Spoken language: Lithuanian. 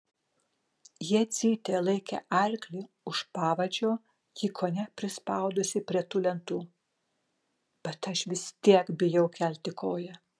jadzytė laikė arklį už pavadžio jį kone prispaudusi prie tų lentų bet aš vis tiek bijau kelti koją